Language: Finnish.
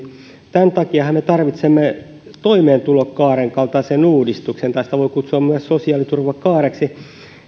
tämän takiahan me tarvitsemme toimeentulokaaren kaltaisen uudistuksen sitä voi kutsua myös sosiaaliturvakaareksi